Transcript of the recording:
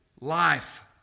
life